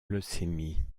leucémie